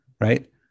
Right